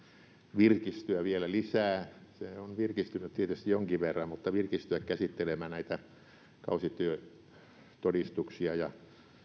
virkistyä vielä lisää se on virkistynyt tietysti jonkin verran mutta sen pitäisi virkistyä käsittelemään näitä kausityötodistuksia ja